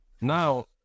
Now